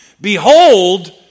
Behold